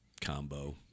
combo